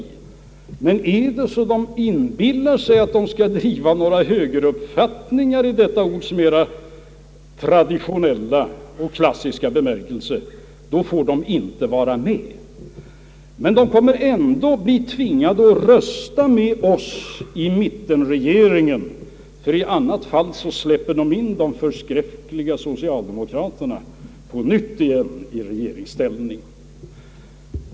Inbillar sig högern att den skall kunna driva några högeruppfattningar i detta ords mera traditionella och klassiska bemärkelse, får den inte vara med; men högern kommer ändå att bli tvingad att rösta med oss i mittenregeringen, för i annat fall släpper man ju in de förskräckliga socialdemokraterna i regeringsställning igen.